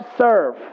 serve